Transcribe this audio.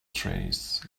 trays